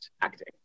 acting